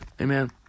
Amen